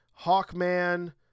Hawkman